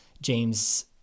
james